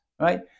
right